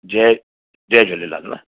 जय जय झूलेलाल